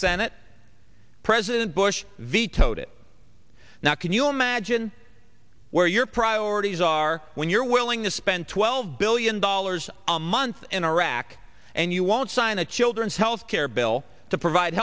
senate president bush vetoed it now can you imagine where your priorities are when you're willing to spend twelve billion dollars a month in iraq and you won't sign a children's healthcare bill to provide